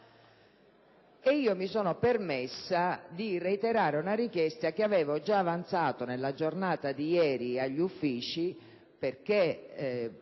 ed io mi sono permessa di reiterare una richiesta che avevo già avanzato nella giornata di ieri agli Uffici perché